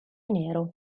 nero